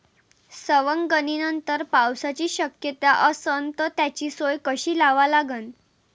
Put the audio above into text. सवंगनीनंतर पावसाची शक्यता असन त त्याची सोय कशी लावा लागन?